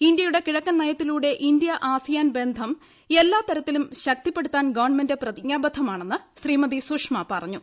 ഇന്ത്യയുടെ കിഴക്കൻ നയത്തിലൂടെ ഇന്ത്യ ആസിയാൻ ബന്ധം എല്ലാ തരത്തിലും ശക്തിപ്പെടുത്താൻ ഗവൺമെന്റ് പ്രതിജ്ഞാബദ്ധമാണെന്ന് ശ്രീമതി സുഷമ പറഞ്ഞു